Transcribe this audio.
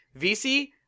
VC